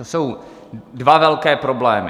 To jsou dva velké problémy.